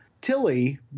Tilly